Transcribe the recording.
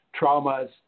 traumas